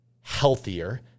healthier